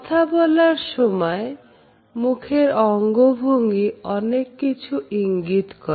কথা বলার সময় মুখের অঙ্গভঙ্গি অনেক কিছু ইঙ্গিত করে